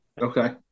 Okay